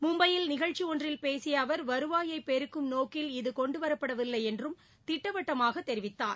மும்பையில் நிகழ்ச்சி நடுன்றில் பேசிய அவர் வருவாயை பெருக்கும் நோக்கில் இது கொண்டுவரப்படவில்லை என்றும் திட்டவட்டமாக தெரிவித்தார்